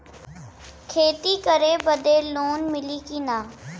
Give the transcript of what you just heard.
खेती करे बदे लोन मिली कि ना?